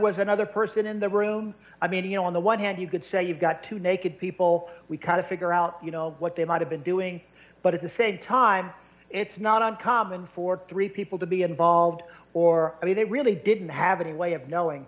was another person in the room i mean on the one hand you could say you've got two naked people we kind of figure out you know what they might have been doing but at the same time it's not uncommon for three people to be involved or i mean they really didn't have any way of knowing